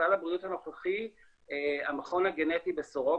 בסל הבריאות הנוכחי המכון הגנטי בסורוקה,